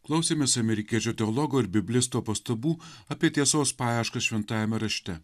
klausėmės amerikiečių teologo ir biblisto pastabų apie tiesos paieškas šventajame rašte